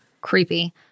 creepy